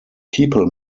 people